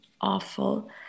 awful